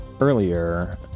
earlier